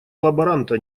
лаборанта